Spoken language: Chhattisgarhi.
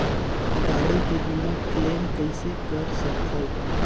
गाड़ी के बीमा क्लेम कइसे कर सकथव?